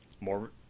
more